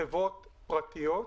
חברות פרטיות,